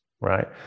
right